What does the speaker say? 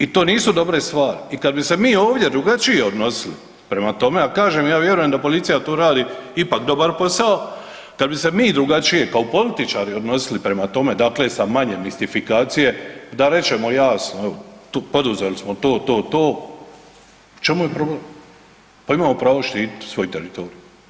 I to nisu dobre stvari i kad bi se mi ovdje drugačije odnosili prema tome, a kažem ja vjerujem da policija tu radi ipak dobar posao, kad bi se mi drugačije kao političari odnosili prema tome dakle sa manje mistifikacije da rečemo jasno tu poduzeli smo to, to, to, u čemu je problem pa imamo pravo štititi svoj teritorij.